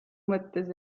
mõttes